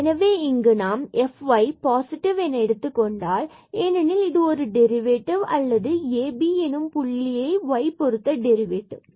எனவே இங்கு நாம் fyab பாசிட்டிவ் என எடுத்துக்கொண்டால் ஏனெனில் இது ஒரு டெரிவேட்டிவ் அல்லது ab எனும் புள்ளியில் y பொருத்த டெரிவேட்டிவ்